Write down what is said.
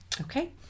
Okay